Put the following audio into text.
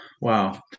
wow